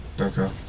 okay